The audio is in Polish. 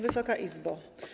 Wysoka Izbo!